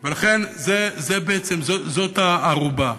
ולכן, זאת בעצם הערובה.